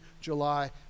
July